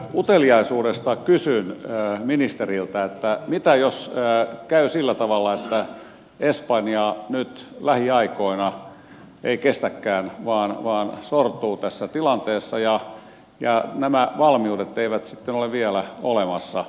uteliaisuudesta kysyn ministeriltä mitä jos käy sillä tavalla että espanja nyt lähiaikoina ei kestäkään vaan sortuu tässä tilanteessa ja nämä valmiudet eivät sitten ole vielä olemassa